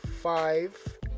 five